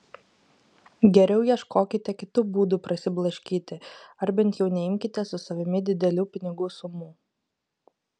geriau ieškokite kitų būdų prasiblaškyti ar bent jau neimkite su savimi didelių pinigų sumų